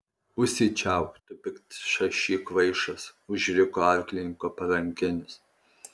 užsičiaupk tu piktšaši kvaišas užriko arklininko parankinis